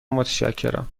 متشکرم